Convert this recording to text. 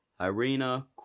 Irina